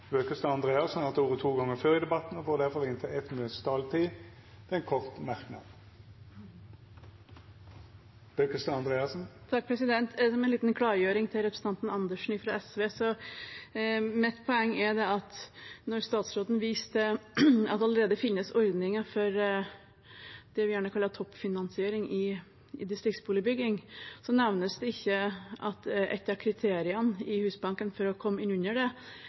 Bøkestad Andreassen har hatt ordet to gonger tidlegare og får ordet til ein kort merknad, avgrensa til 1 minutt. Det er en liten klargjøring til representanten Andersen fra SV. Mitt poeng er at da statsråden viste til at det allerede finnes ordninger for det vi gjerne kaller toppfinansiering i distriktsboligbyggingen, nevnes det ikke at noen av kriteriene i Husbanken for å komme inn